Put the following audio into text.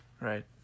right